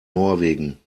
norwegen